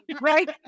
right